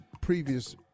previous